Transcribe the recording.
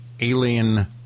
alien